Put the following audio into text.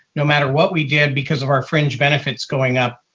no matter what we did because of our fringe benefits going up,